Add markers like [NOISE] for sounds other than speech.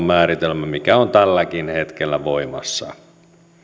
[UNINTELLIGIBLE] määritelmä mikä on tälläkin hetkellä voimassa